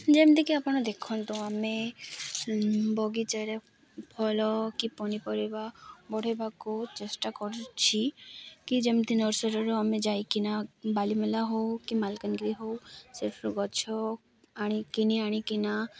ଯେମିତିକି ଆପଣ ଦେଖନ୍ତୁ ଆମେ ବଗିଚାରେ ଫଳ କି ପନିପରିବା ବଢ଼େଇବାକୁ ଚେଷ୍ଟା କରୁଛି କି ଯେମିତି ନର୍ସରୀରୁ ଆମେ ଯାଇକିନା ବାଲିମେଳା ହଉ କି ମାଲକାନଗିରି ହଉ ସେଇଥିରୁ ଗଛ ଆଣିକିିନି ଆଣିକିନା